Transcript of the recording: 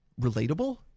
relatable